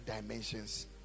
dimensions